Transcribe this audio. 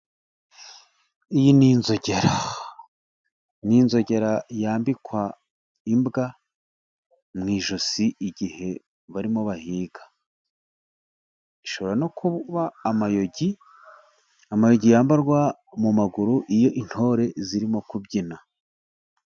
Iyi ni inzogera yambikwa imbwa mu ijosi, igihe barimo bahiga. Ishobora no kuba amayugi, amayugi yambarwa mu maguru iyo intore zirimo kubyina.